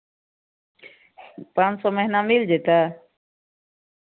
पाँच सए महीना मिल जेतै